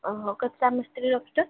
ଓହୋ କେତେଟା ମିସ୍ତ୍ରୀ ରଖିଛ